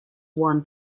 won